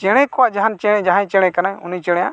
ᱪᱮᱬᱮ ᱠᱚᱣᱟᱜ ᱡᱟᱦᱟᱱ ᱡᱟᱦᱟᱸᱭ ᱪᱮᱬᱮ ᱠᱟᱱᱟᱭ ᱩᱱᱤ ᱪᱮᱬᱮᱭᱟᱜ